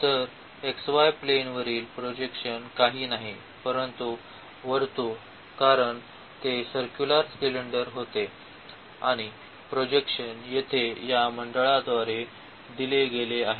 तर xy plane वरील हे प्रोजेक्शन काही नाही परंतु वर्तुळ कारण ते सर्क्युलर होते आणि प्रोजेक्शन येथे या मंडळाद्वारे दिले गेले आहे